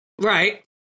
right